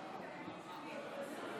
(קוראת בשמות חברי הכנסת)